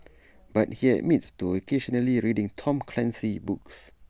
but he admits to occasionally reading Tom Clancy books